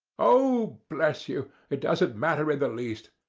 oh, bless you, it doesn't matter in the least.